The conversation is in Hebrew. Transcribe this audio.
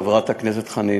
חברת הכנסת חנין,